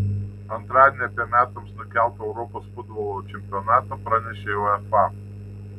antradienį apie metams nukeltą europos futbolo čempionatą pranešė uefa